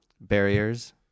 barriers